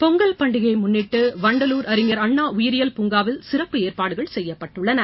பொங்கல் பண்டிகையை முன்னிட்டு வண்டலூர் அறிஞர் அண்ணா உயிரியல் பூங்காவில் சிறப்பு ஏற்பாடுகள் செய்யப்பட்டுள்ளன